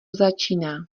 začíná